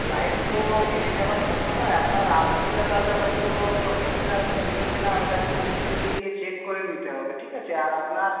light তো কেটে যাওয়ার কথা নয় আপনার আলপিনটা হয়তো ঠিকঠাক ছিল কিনা ওটা একটু মিস্ত্রিকে দিয়ে চেক করে নিতে হবে ঠিক আছে আর আপনার